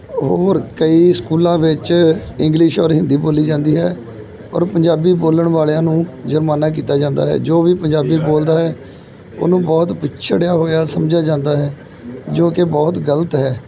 ਹੋਰ ਕਈ ਸਕੂਲਾਂ ਵਿੱਚ ਇੰਗਲਿਸ਼ ਔਰ ਹਿੰਦੀ ਬੋਲੀ ਜਾਂਦੀ ਹੈ ਔਰ ਪੰਜਾਬੀ ਬੋਲਣ ਵਾਲਿਆਂ ਨੂੰ ਜੁਰਮਾਨਾ ਕੀਤਾ ਜਾਂਦਾ ਹੈ ਜੋ ਵੀ ਪੰਜਾਬੀ ਬੋਲਦਾ ਹੈ ਉਹਨੂੰ ਬਹੁਤ ਪਿਛੜਿਆ ਹੋਇਆ ਸਮਝਿਆ ਜਾਂਦਾ ਹੈ ਜੋ ਕਿ ਬਹੁਤ ਗ਼ਲਤ ਹੈ